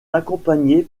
accompagnées